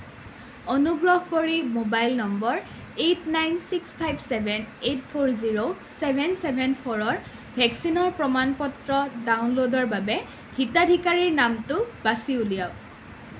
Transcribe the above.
অনুগ্ৰহ কৰি mobile number eight nine six five seven eight four zero seven seven ফ'ৰৰ ভেকচিনৰ প্ৰমাণ পত্ৰ ডাউনলোডৰ বাবে হিতাধিকাৰীৰ নামটো বাছি উলিয়াওক